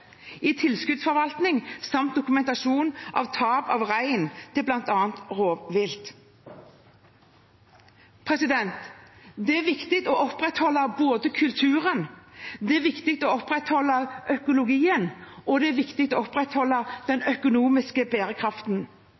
i tilskuddsforvaltning samt dokumentasjon av tap av rein til bl.a. rovvilt. Det er viktig å opprettholde kulturen, det er viktig å opprettholde økologien, og det er viktig å opprettholde den økonomiske bærekraften.